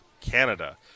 Canada